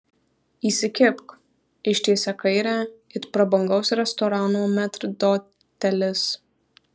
įsikibk ištiesia kairę it prabangaus restorano metrdotelis